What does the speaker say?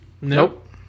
Nope